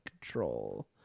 control